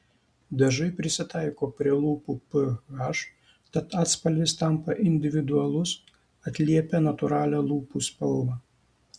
dažai prisitaiko prie lūpų ph tad atspalvis tampa individualus atliepia natūralią lūpų spalvą